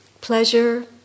pleasure